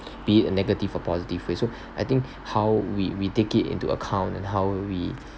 be it a negative or positive way so I think how we we take it into account and how we